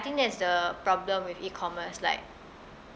I think that's the problem with E commerce like